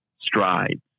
strides